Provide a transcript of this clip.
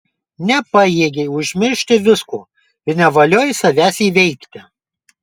nepajėgei užmiršti visko ir nevaliojai savęs įveikti